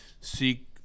Seek